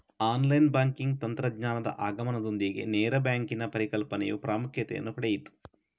online banking ತಂತ್ರಜ್ಞಾನದ ಆಗಮನದೊಂದಿಗೆ ನೇರ ಬ್ಯಾಂಕಿನ ಪರಿಕಲ್ಪನೆಯು ಪ್ರಾಮುಖ್ಯತೆಯನ್ನು ಪಡೆಯಿತು